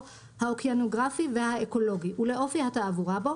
האוקינוגרפי והאקולוגי ולאופי התעבורה בו,